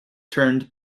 turned